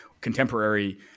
contemporary